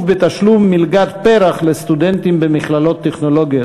בתשלום מלגת פר"ח לסטודנטים במכללות הטכנולוגיות.